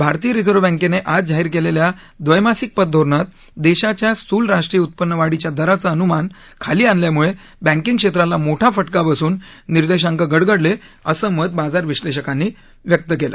भारतीय रिझर्व बँकेनं आज जाहीर केलेल्या द्वैमासिक पतधोरणात देशाच्या स्थूल राष्ट्रीय उत्पन्नवाढीच्या दराचं अनुमान खाली आणल्यामुळे बँकिंग क्षेत्राला मोठा फटका बसून निर्देशांक गडगडले असं मत बाजार विश्लेषकांनी व्यक्त केलं